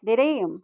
धेरै